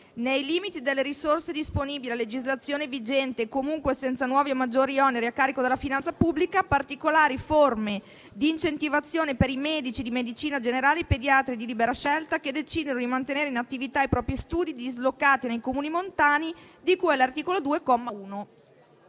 nei limiti delle risorse disponibili a legislazione vigente e comunque senza nuovi o maggiori oneri a carico della finanza pubblica, particolari forme di incentivazione per i medici di medicina generale e i pediatri di libera scelta che decidono di mantenere in attività i propri studi dislocati nei comuni montani di cui all'articolo 2,